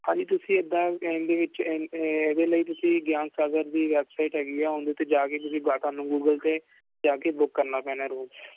ਹਾਂਜੀ ਤੁਸੀਂ ਇੱਦਾਂ ਕਹਿਣ ਦੇ ਵਿੱਚ ਇਹਦੇ ਲਈ ਤੁਸੀਂ ਗਿਆਨ ਸਾਗਰ ਦੀ ਵੈਬਸਾਈਟ ਹੈਗੀ ਆ ਉਹਦੇ 'ਤੇ ਜਾ ਕੇ ਤੁਸੀਂ ਜਾਂ ਤੁਹਾਨੂੰ ਗੂਗਲ 'ਤੇ ਜਾ ਕੇ ਬੁੱਕ ਕਰਨਾ ਪੈਣਾ ਰੂਮ